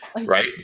right